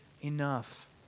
enough